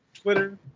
Twitter